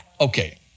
Okay